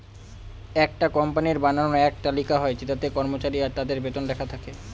একটা কোম্পানির বানানো এক তালিকা হয় যেটাতে কর্মচারী আর তাদের বেতন লেখা থাকে